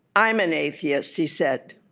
i'm an atheist he said,